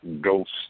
Ghost